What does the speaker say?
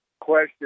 question